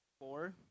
Four